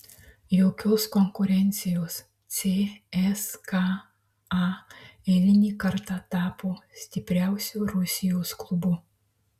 jokios konkurencijos cska eilinį kartą tapo stipriausiu rusijos klubu